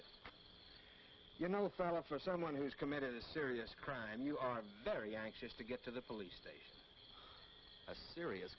sorrow for someone who's committed a serious crime you are very anxious to get to the police a serious